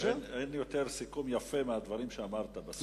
אין סיכום יפה יותר מהדברים שאמרת בסוף.